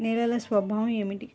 నేలల స్వభావం ఏమిటీ?